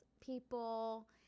people